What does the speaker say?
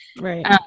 right